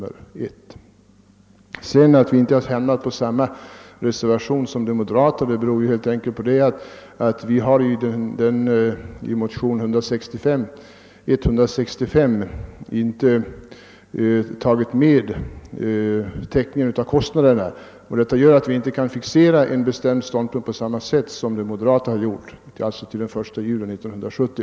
Det förhållandet att vi inte medverkat i reservationen II av de moderata beror på att täckningen av kostnaderna inte medtagits i motionerna I: 165 och II: 188, vilket gör att vi ej kan fixera vår ståndpunkt på samma sätt som de moderata gjort med datumgränsen satt vid den 1 juli 1970.